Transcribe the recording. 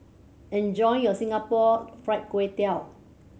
enjoy your Singapore Fried Kway Tiao